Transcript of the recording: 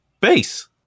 base